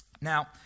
Now